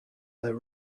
their